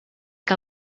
que